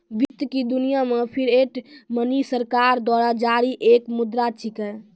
वित्त की दुनिया मे फिएट मनी सरकार द्वारा जारी एक मुद्रा छिकै